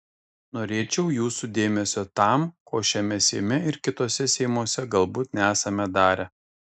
norėčiau jūsų dėmesio tam ko šiame seime ir kituose seimuose galbūt nesame darę